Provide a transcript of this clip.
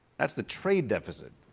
that's the trade deficit.